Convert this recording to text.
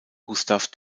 gustaf